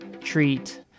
treat